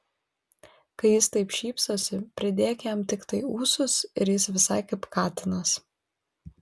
kai jis taip šypsosi pridėk jam tiktai ūsus ir jis visai kaip katinas